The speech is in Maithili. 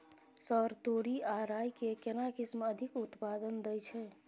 सर तोरी आ राई के केना किस्म अधिक उत्पादन दैय छैय?